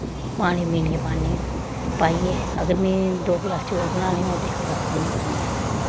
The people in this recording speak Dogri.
पानी मिनियै पान्नी आं पाइयै अगर में दो गलास चौल बनाने होन ते इक गलास पानी पान्नी आं